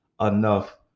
enough